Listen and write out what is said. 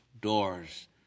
doors